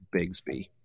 Bigsby